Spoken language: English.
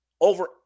over